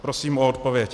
Prosím o odpověď.